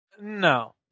No